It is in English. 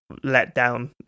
letdown